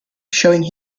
showing